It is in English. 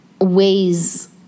ways